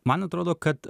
man atrodo kad